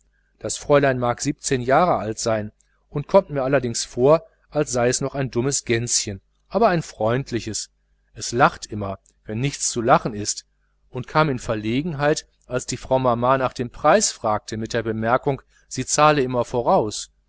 das fräulein mag siebzehn jahre alt sein und kommt mir allerdings vor als sei es noch ein dummes gänschen aber ein freundliches es lacht immer wenn nichts zu lachen ist und kam in verlegenheit als die frau mama nach dem preis fragte mit der bemerkung sie zahle immer voraus